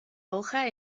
hoja